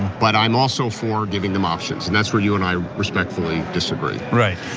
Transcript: but i'm also for giving them options, and that's where you and i respectfully disagree. right,